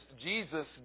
Jesus